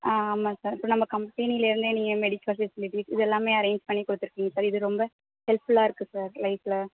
ஆ ஆமா சார் இப்போ நம்ம கம்பெனிலேருந்தே நீங்கள் மெடிக்கல் ஃபெசிலிட்டிஸ் இதெல்லாம் அரேஞ்ச் பண்ணிக் கொடுத்துருக்கீங்க சார் இது ரொம்ப ஹெல்ப்ஃபுல்லாக இருக்குது சார் லைஃப்பில்